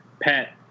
Pat